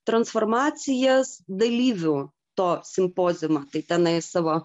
transformacijas dalyvių to simpoziumo tai tenai savo